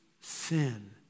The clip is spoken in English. sin